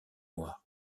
noirs